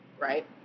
right